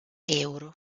euro